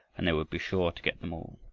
and they would be sure to get them all.